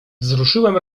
wzruszyłem